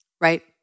Right